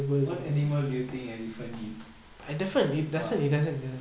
what animal do you think elephant eat ah